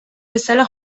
bezala